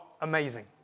amazing